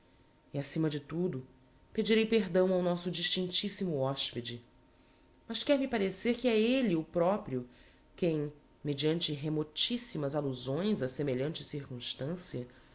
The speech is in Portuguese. e acima de tudo pedirei perdão ao nosso distinctissimo hospede mas quer me parecer que é elle o proprio quem mediante remotissimas allusões a semelhante circunstancia